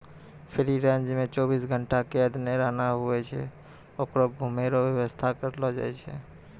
free range मे चौबीस घंटा कैद नै रहना हुवै छै होकरो घुमै रो वेवस्था करलो जाय छै